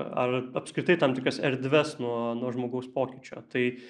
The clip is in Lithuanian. ar apskritai tam tikras erdves nuo nuo žmogaus pokyčio tai